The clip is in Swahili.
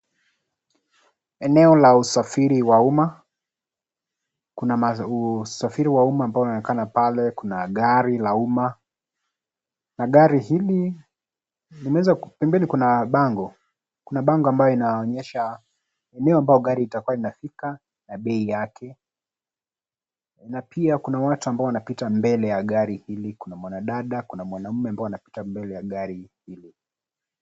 Eneo la usafiri wa umma. Kuna usafiri wa umma ambao unaonekana pale kuna gari la umma na gari hili limeweza, pembeni kuna bango, kuna bango ambayo inaonyesha eneo ambayo gari itakuwa inafika na bei yake, na pia kuna watu ambao wanaopita mbele gari hili kuna mwanadada, kuna mwanaume ambaye anapita mbele ya gari hili.